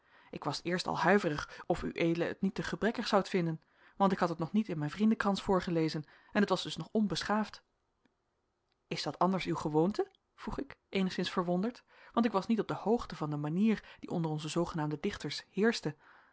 ik was eerst al huiverig of ued het niet te gebrekkig zoudt vinden want ik had het nog niet in mijn vriendenkrans voorgelezen en het was dus nog onbeschaafd is dat anders uw gewoonte vroeg ik eenigszins verwonderd want ik was niet op de hoogte van de manier die onder onze zoogenaamde dichters heerschte